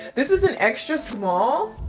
this is an extra small.